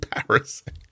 embarrassing